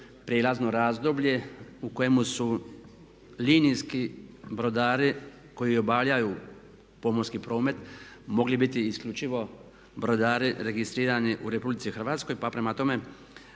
prijelazno razdoblje u kojemu su linijski brodari koji obavljaju pomorski promet mogli biti isključivo brodari registrirani u RH. Pa prema tome